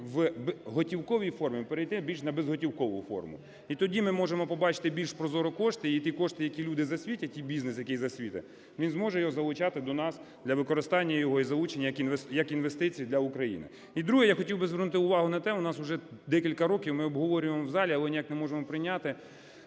в готівковій формі, перейти на більш на безготівкову форму. І тоді ми можемо побачити більш прозоро кошти, і ті кошти, які люди засвітять і бізнес, які засвітить, він зможе його залучати до нас для використання його і залучення як інвестицій для України. І друге. Я хотів би звернути увагу на те, у нас уже декілька років ми обговорюємо в залі, але ніяк не можемо прийняти: